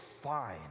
fine